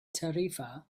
tarifa